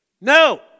No